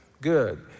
Good